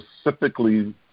specifically